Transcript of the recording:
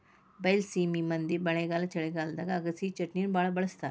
ಬೈಲಸೇಮಿ ಮಂದಿ ಮಳೆಗಾಲ ಚಳಿಗಾಲದಾಗ ಅಗಸಿಚಟ್ನಿನಾ ಬಾಳ ಬಳ್ಸತಾರ